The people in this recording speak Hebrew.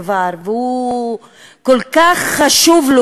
וזה כל כך חשוב לו,